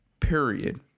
period